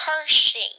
Hershey